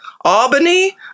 Albany